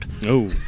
No